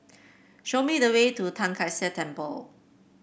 show me the way to Tai Kak Seah Temple